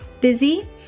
busy